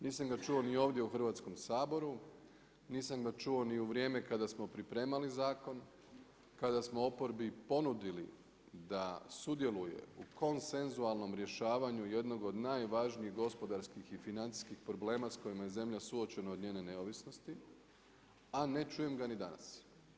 Nisam ga čuo ni ovdje u Hrvatskom saboru, nisam ga čuo ni u vrijeme kada smo pripremali zakon, kada smo oporbi ponudili da sudjeluje u konsenzualnom rješavanju jednog od najvažnijih gospodarskih i financijskih problema s kojima je zemlja suočena od njene neovisnosti, a ne čujem ga ni danas.